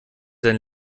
dein